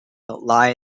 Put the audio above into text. lie